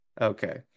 Okay